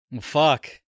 Fuck